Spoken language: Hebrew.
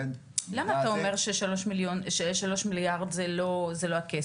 למה אתה אומר ששלושה מיליארד זה לא כסף?